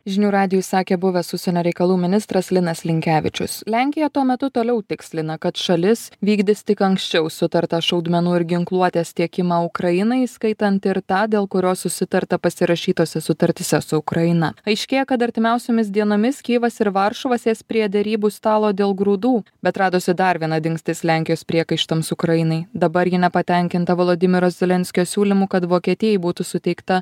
žinių radijui sakė buvęs užsienio reikalų ministras linas linkevičius lenkija tuo metu toliau tikslina kad šalis vykdys tik anksčiau sutartą šaudmenų ir ginkluotės tiekimą ukrainai įskaitant ir tą dėl kurio susitarta pasirašytose sutartyse su ukraina aiškėja kad artimiausiomis dienomis kijevas ir varšuva sės prie derybų stalo dėl grūdų bet radosi dar viena dingstis lenkijos priekaištams ukrainai dabar ji nepatenkinta volodimiro zelenskio siūlymu kad vokietijai būtų suteikta